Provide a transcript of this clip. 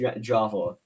Java